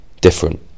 different